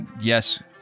yes